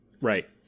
Right